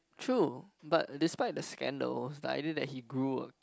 true but despite the scandal that I know that he grew